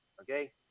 Okay